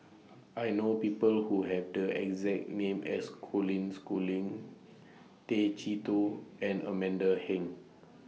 I know People Who Have The exact name as Colin Schooling Tay Chee Toh and Amanda Heng